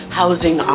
housing